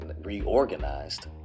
reorganized